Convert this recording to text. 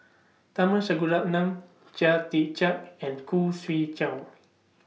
Tharman Shanmugaratnam Chia Tee Chiak and Khoo Swee Chiow